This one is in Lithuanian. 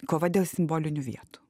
kova dėl simbolinių vietų